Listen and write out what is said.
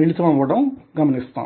మిళితం అవ్వడం గమనిస్తాం